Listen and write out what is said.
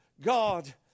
God